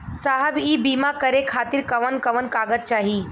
साहब इ बीमा करें खातिर कवन कवन कागज चाही?